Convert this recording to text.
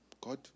God